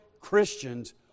Christians